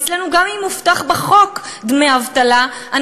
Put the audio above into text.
אצלנו גם אם מובטחים דמי אבטלה בחוק,